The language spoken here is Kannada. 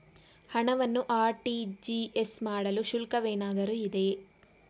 ಹಣವನ್ನು ಆರ್.ಟಿ.ಜಿ.ಎಸ್ ಮಾಡಲು ಶುಲ್ಕವೇನಾದರೂ ಇದೆಯೇ?